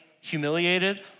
humiliated